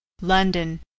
London